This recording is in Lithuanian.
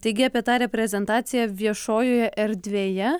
taigi apie tą reprezentaciją viešojoje erdvėje